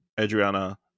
Adriana